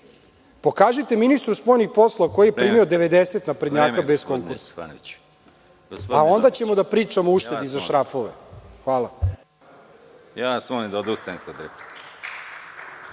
Pokažite ministru spoljnih poslova koji je primio naprednjaka bez konkursa, pa ćemo onda da pričamo o uštedi za šrafove. Hvala.